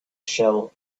shell